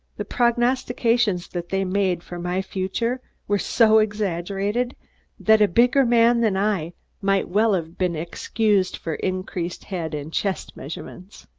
the prognostications that they made for my future were so exaggerated that a bigger man than i might well have been excused for increased head and chest measurements.